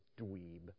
dweeb